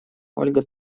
ольга